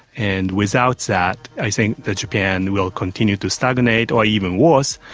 and without that i think that japan will continue to stagnate, or even worse,